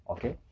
Okay